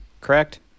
correct